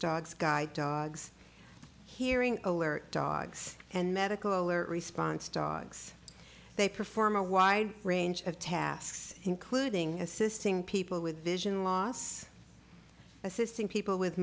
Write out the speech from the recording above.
dogs guide dogs hearing alert dogs and medical or response dogs they perform a wide range of tasks including assisting people with vision loss assisting people with